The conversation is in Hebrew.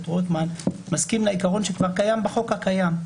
רוטמן מסכים לעיקרון שכבר נמצא בחוק הקיים,